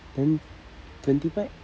then twenty pack